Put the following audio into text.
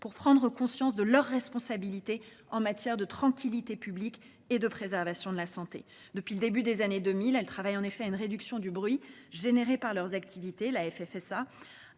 pour prendre conscience de leurs responsabilités en matière de tranquillité publique et de préservation de la santé. Depuis le début des années 2000, elles travaillent en effet à une réduction du bruit généré par leurs activités, la FFSA,